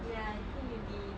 ya I think you did